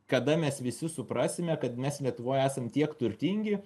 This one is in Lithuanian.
kada mes visi suprasime kad mes lietuvoj esam tiek turtingi